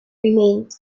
remained